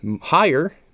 higher